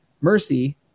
mercy